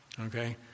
Okay